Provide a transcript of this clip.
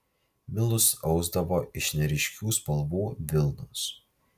milus ausdavo iš neryškių spalvų vilnos